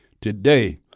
today